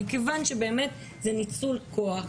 מכיוון שבאמת זה ניצול כוח,